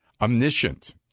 Omniscient